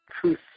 truth